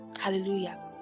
Hallelujah